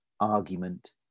argument